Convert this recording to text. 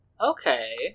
Okay